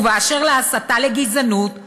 ובאשר להסתה לגזענות,